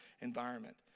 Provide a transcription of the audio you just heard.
environment